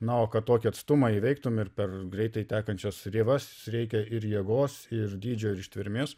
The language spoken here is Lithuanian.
na o kad tokį atstumą įveiktum ir per greitai tekančias rėvas reikia ir jėgos ir dydžio ir ištvermės